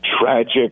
tragic